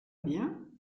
bien